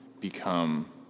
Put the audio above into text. become